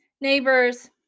neighbors